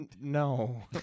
no